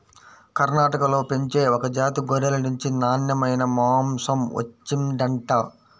కర్ణాటకలో పెంచే ఒక జాతి గొర్రెల నుంచి నాన్నెమైన మాంసం వచ్చిండంట